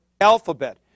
alphabet